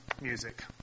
music